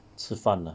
吃饭 lah